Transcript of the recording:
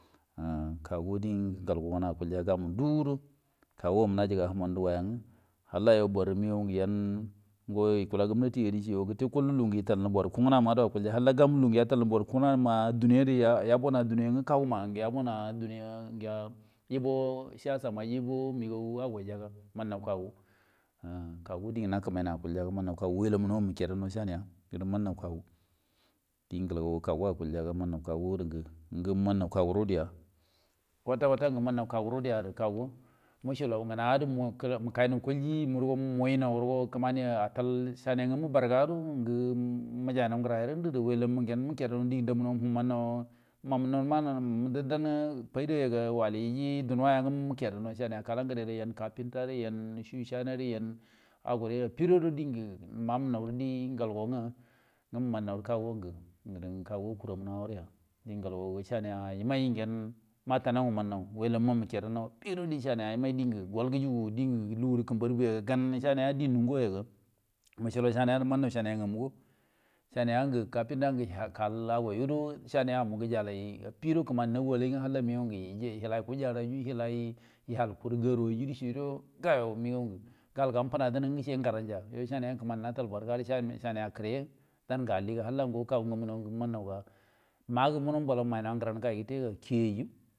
Uhm kagu die ngal go gan akullja ngamu ndu guro kagu ma najatu yngə human da halla yu boru məgaw ngə yukula gumnati ga dieci yo gəte kol akulja, gamu lugungwə yatal nə boru kungna ma duniya gərə yabonə a duniya ngwə kaguma a duniya gəa yəbo siyasa may rə yəbo məgaw aga ol yaga um mannaw kagu kagu wele welemu go məkeya dannaw saniya gərə mannaw kaga die ngalgo gə kagu akulja ga mannaw kagu gəra ngə mannaw kagu rudəya, kwata kwata ngə gammaw kagu rudə musllaw ngana guro məkaynaw koljimu guro miyi naw guro kəmani atal saniya ngamma barga, məjaunaw ngəra yara rə ngəndə gəro welemu go məkeya dumnaw diengu damumuhu mannaw, mannawa fanda yaga wali duniya yangwə məkiya kala ngəderay yan kafinta, yan shoeshiner yan alli chama ray aga ray afi guro diengo mamənnaw die ngal go ngwə mannaw rə kagu ngə gədo ngə kagu kuramu arəya, ngalgo saniga yeman ya gyen mamənnaw ngə mannaw, məke yada naw atiguro, diengo gal gujigu diengə lugu rə kəmbar guya ga gan saniya die nunjua yaga musulan saniya gərə mannaw saniya ngə katinta ngwə hal ago yuguro saniya mu gəji alay, ati guro kəmanu nagu alay ngwə halla məgaw ngə həlay kujina az hal lauru gafu, məgaw ngə ga gamu fənadan ngwə gəco ngadan ja, kəmani natal barga rə saniya kəri dann gə alli gə kagu n ngamunnaw ngə mannaw magə muguro mbal məmaynaw a gəray gay gəta ayyu.